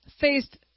faced